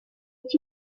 meet